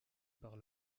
par